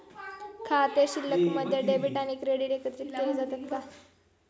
खाते शिल्लकमध्ये डेबिट आणि क्रेडिट एकत्रित केले जातात का?